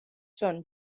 son